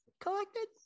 collected